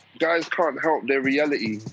guys can't help their reality.